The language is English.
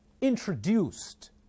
introduced